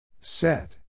Set